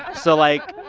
so, like,